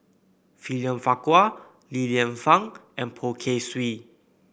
William Farquhar Li Lianfung and Poh Kay Swee